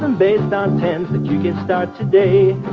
um based on tens that you can start today.